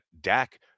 Dak